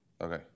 Okay